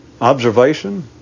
observation